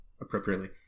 appropriately